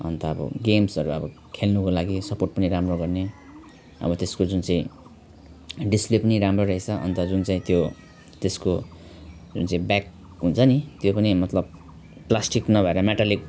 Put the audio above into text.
अनि त अब गेम्सहरू अब खेल्नुको लागि सपोर्ट पनि राम्रो गर्ने अब त्यसको जुन चाहिँ डिस्प्ले पनि राम्रो रहेछ अनि त जुन चाहिँ त्यो त्यसको जुन चाहिँ ब्याक हुन्छ नि त्यो पनि मतलब प्लास्टिक नभएर मेट्यालिक